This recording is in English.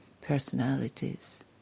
personalities